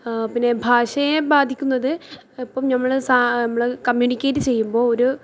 പിന്നെ ഭാഷയെ ബാധിക്കുന്നത് ഇപ്പം നമ്മൾ സാ നമ്മൾ കമ്മ്യൂണിക്കേറ്റ് ചെയ്യുമ്പോൾ ഒരു